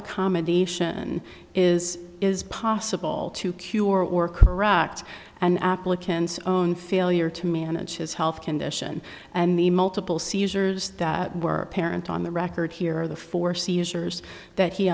accommodation is is possible to cure or correct an applicant's own failure to manage his health condition and the multiple seizures that were apparent on the record here are the four caesars that he